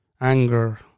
anger